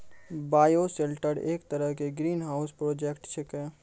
bioshelter एक तरह के ग्रीनहाउस प्रोजेक्ट छेकै